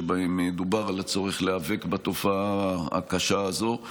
שבהם דובר על הצורך להיאבק בתופעה הקשה הזו.